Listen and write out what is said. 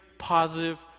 positive